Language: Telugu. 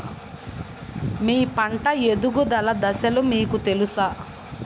మీ పంట ఎదుగుదల దశలు మీకు తెలుసా?